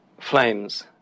flames